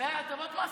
והטבות מס.